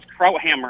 Crowhammer